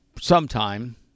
sometime